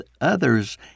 others